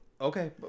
Okay